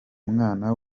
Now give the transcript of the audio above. mwana